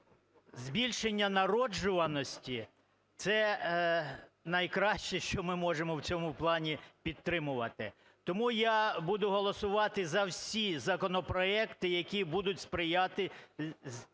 збільшення народжуваності – це найкраще, що ми можемо в цьому плані підтримувати. Тому я буду голосувати за всі законопроекти, які будуть сприяти